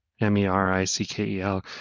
M-E-R-I-C-K-E-L